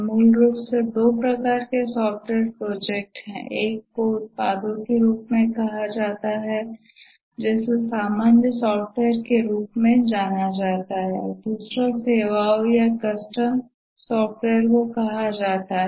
मूल रूप से दो प्रकार के सॉफ्टवेयर प्रोजेक्ट हैं एक को उत्पादों के रूप में कहा जाता है जिसे सामान्य सॉफ़्टवेयर के रूप में भी जाना जाता है और दूसरा सेवाओं या कस्टम सॉफ़्टवेयर को कहा जाता है